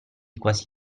quasi